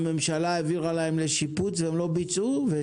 הממשלה העבירה להם לשיפוץ והם לא ביצעו?